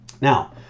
Now